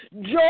Joy